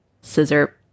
scissor